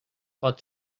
pot